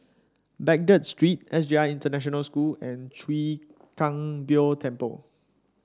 Baghdad Street S J I International School and Chwee Kang Beo Temple